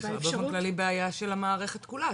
זה באופן כללי בעיה של המערכת כולה,